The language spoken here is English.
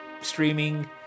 streaming